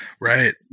Right